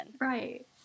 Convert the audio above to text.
Right